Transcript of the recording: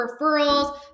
referrals